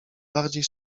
bardziej